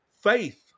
Faith